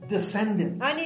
descendants